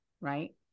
right